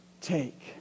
Take